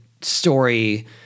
story